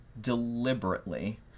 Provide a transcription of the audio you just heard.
deliberately